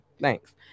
Thanks